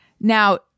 Now